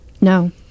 No